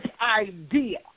idea